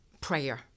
prayer